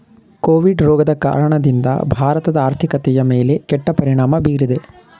Covid ರೋಗದ ಕಾರಣದಿಂದ ಭಾರತದ ಆರ್ಥಿಕತೆಯ ಮೇಲೆ ಕೆಟ್ಟ ಪರಿಣಾಮ ಬೀರಿದೆ